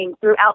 throughout